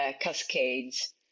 cascades